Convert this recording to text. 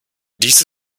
dies